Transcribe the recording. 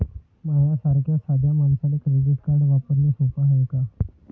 माह्या सारख्या साध्या मानसाले क्रेडिट कार्ड वापरने सोपं हाय का?